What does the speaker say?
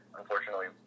unfortunately